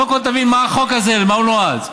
קודם כול תבין מה החוק הזה ולמה הוא נועד.